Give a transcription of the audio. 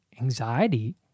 anxiety